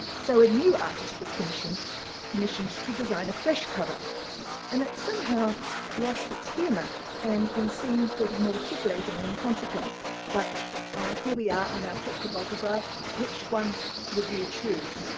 so a new artist was commissioned commissioned to design a fresh cover and that somehow lost its humor and and seemed sort of more titillating in consequence. but here we are on our trip to bolgabri which one would you choose?